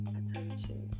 attention